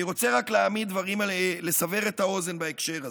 אני רוצה רק לסבר את האוזן בהקשר הזה.